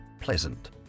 pleasant